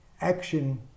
action